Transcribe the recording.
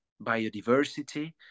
biodiversity